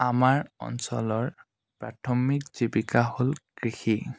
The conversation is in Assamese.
আমাৰ অঞ্চলৰ প্ৰাথমিক জীৱিকা হ'ল কৃষি